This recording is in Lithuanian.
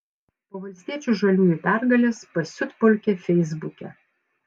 po valstiečių žaliųjų pergalės pasiutpolkė feisbuke